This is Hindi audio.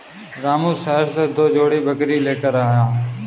रामू शहर से दो जोड़ी बकरी लेकर आया है